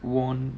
worn